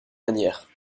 manière